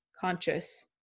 conscious